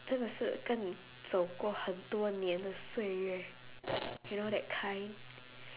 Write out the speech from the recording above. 真的是跟你走过很多年的岁月 you know that kind